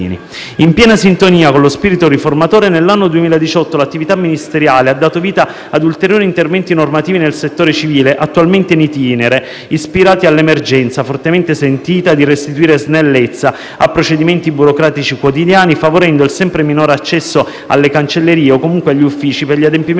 In piena sintonia con lo spirito riformatore, nell'anno 2018 l'attività ministeriale ha dato vita a ulteriori interventi normativi nel settore civile, attualmente *in* *itinere,* ispirati all'emergenza fortemente sentita di restituire snellezza a procedimenti burocratici quotidiani, favorendo il sempre minore accesso alle cancellerie o comunque agli uffici per gli adempimenti